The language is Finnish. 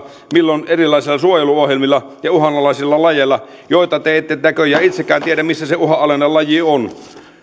milloin erilaisilla suojeluohjelmilla ja uhanalaisilla lajeilla vaikka te ette näköjään itsekään tiedä missä se uhanalainen laji on